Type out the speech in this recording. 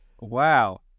wow